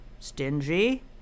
stingy